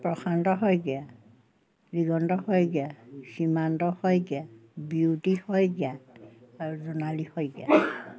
প্ৰশান্ত শইকীয়া দিগন্ত শইকীয়া সীমান্ত শইকীয়া বিউতি শইকীয়া আৰু জোনালী শইকীয়া